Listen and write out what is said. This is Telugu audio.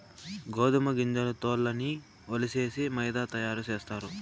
గోదుమ గింజల తోల్లన్నీ ఒలిసేసి మైదా తయారు సేస్తారు